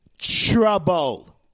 trouble